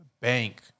bank